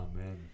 amen